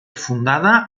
fundada